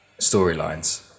storylines